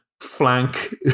flank